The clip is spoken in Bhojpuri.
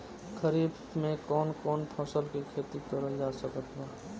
खरीफ मे कौन कौन फसल के खेती करल जा सकत बा?